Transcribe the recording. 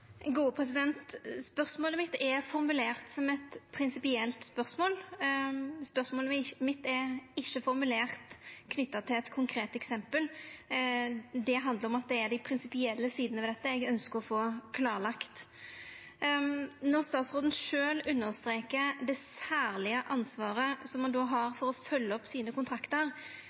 Spørsmålet mitt er formulert som eit prinsipielt spørsmål. Spørsmålet mitt er ikkje knytt til eit konkret eksempel. Det er dei prinsipielle sidene ved dette eg ønskjer å få klarlagt. Når statsråden sjølv understrekar det særlege ansvaret ein har for å følgja opp kontraktar,